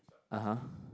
(uh huh)